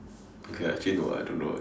okay ah actually no I don't know eh